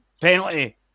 penalty